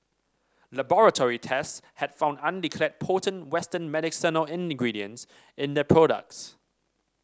laboratory tests had found undeclared potent western medicinal ingredients in the products